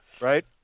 right